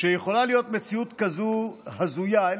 שיכולה להיות מציאות הזויה כזאת,